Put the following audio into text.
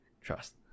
Trust